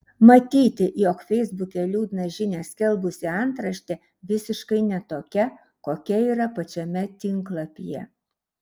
matyti jog feisbuke liūdną žinią skelbusi antraštė visiškai ne tokia kokia yra pačiame tinklapyje